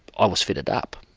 i was fitted up.